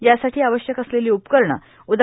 यासाठी आवश्यक असलेली उपकरणे उदा